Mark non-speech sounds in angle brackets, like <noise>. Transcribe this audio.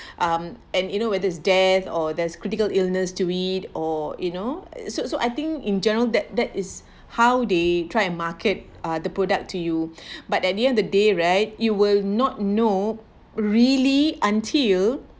um and you know whether is death or there's critical illness to it or you know so so I think in general that that is how they try and market uh the product to you <breath> but at the end the day right you will not know really until